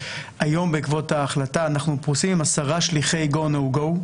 היום בעקבות ההחלטה אנחנו פרוסים עם עשרה שליחי go-no-go,